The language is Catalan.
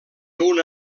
una